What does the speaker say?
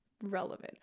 relevant